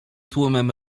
tłumem